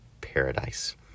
paradise